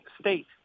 state